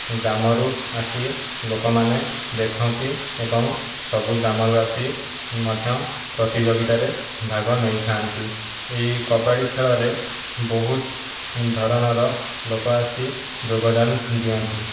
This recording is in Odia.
ଗ୍ରାମରୁ ଆସି ଲୋକମାନେ ଦେଖନ୍ତି ଏବଂ ସବୁ ଗ୍ରାମବାସି ମଧ୍ୟ ପ୍ରତିଯୋଗିତାରେ ଭାଗ ନେଇଥାନ୍ତି ଏହି କବାଡ଼ି ଖେଳରେ ବହୁତ ଧରଣର ଲୋକଆସି ଯୋଗଦାନ ଦିଅନ୍ତି